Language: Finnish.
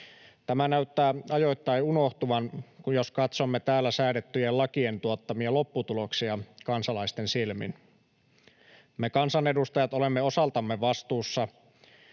Tämä näyttää ajoittain unohtuvan, jos katsomme täällä säädettyjen lakien tuottamia lopputuloksia kansalaisten silmin. Me kansanedustajat olemme osaltamme vastuussa